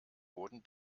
wurden